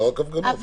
לא רק הפגנות.